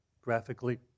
graphically